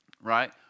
Right